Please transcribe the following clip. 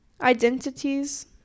Identities